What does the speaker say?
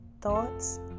thoughts